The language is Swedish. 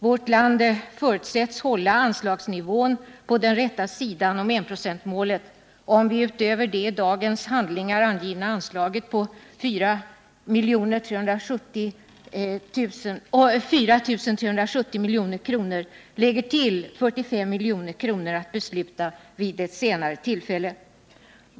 Vårt land förutsätts hålla anslagsnivån på den rätta sidan om enprocentsmålet om vi utöver det i dagens handlingar angivna anslaget på 4 370 milj.kr. lägger till 45 milj.kr. att besluta om vid ett senare tillfälle.